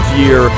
year